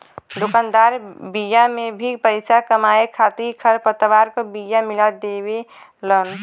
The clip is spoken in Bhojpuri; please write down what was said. दुकानदार बिया में भी पईसा कमाए खातिर खरपतवार क बिया मिला देवेलन